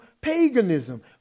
paganism